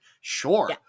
Sure